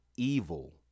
Evil